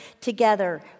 together